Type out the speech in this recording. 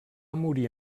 morir